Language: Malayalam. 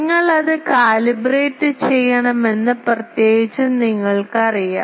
നിങ്ങൾ അത് കാലിബ്രേറ്റ് ചെയ്യണമെന്ന് പ്രത്യേകിച്ചും നിങ്ങൾക്കറിയാം